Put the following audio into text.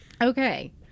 okay